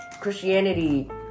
Christianity